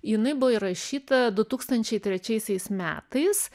jinai buvo įrašyta du tūkstančiai trečiaisiais metais